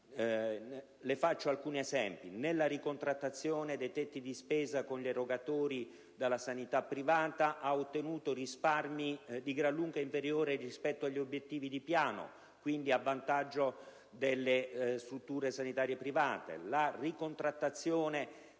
Cito alcuni esempi: nella ricontrattazione dei tetti di spesa con gli erogatori della sanità privata ha ottenuto risparmi di gran lunga inferiori rispetto agli obiettivi di piano, a vantaggio quindi delle strutture sanitarie private;